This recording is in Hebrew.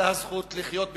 אלא הזכות לחיות בכבוד,